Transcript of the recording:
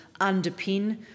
underpin